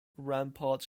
ramparts